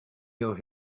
your